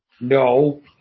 No